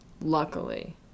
Luckily